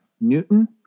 Newton